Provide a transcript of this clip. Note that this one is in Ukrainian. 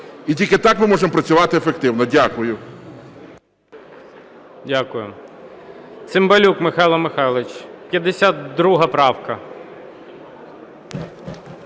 І тільки так ми можемо працювати ефективно. Дякую.